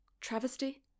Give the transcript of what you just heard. travesty